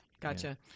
gotcha